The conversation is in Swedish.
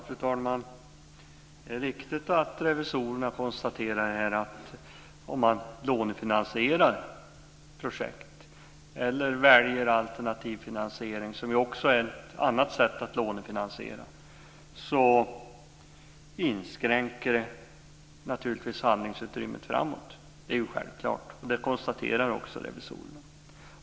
Fru talman! Revisorerna konstaterar mycket riktigt att om man lånefinansierar projekt eller väljer alternativ finansiering, som är ett annat sätt att lånefinansiera, inskränker man naturligtvis det framtida handlingsutrymmet. Det är självklart.